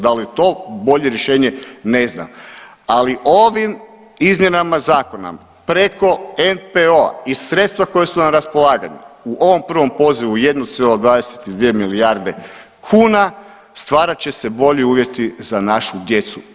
Da li je to bolje rješenje ne znam, ali ovim izmjenama zakona preko NPO i sredstva koja su nam na raspolaganju u ovom prvom pozivu 1,22 milijarde kuna stvarat će se bolji uvjeti za našu djecu.